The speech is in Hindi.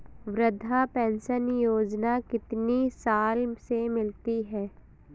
वृद्धा पेंशन योजना कितनी साल से मिलती है?